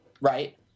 right